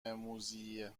موذیه